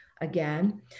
Again